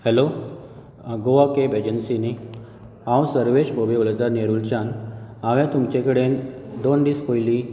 hello Goa cab agency न्ही हांव सर्वेश भोबे उलयतां नेरुलच्यान हांवें तुमचे कडेन दोन दीस पयलीं